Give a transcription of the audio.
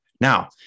now